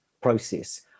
process